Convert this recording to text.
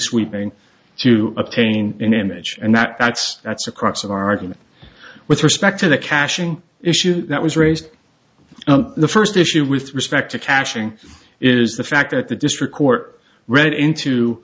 sweeping to obtain an image and that that's that's the crux of our argument with respect to the caching issue that was raised the first issue with respect to caching is the fact that the district court read into